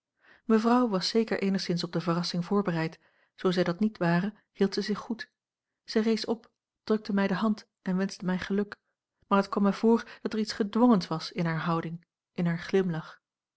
mevrouw was zeker eenigszins op de verrassing voorbereid zoo zij dat niet ware hield zij zich goed zij rees op drukte mij de hand en wenschte mij geluk maar het kwam mij voor dat er iets gedwongens was in hare houding in haar glimlach